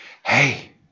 Hey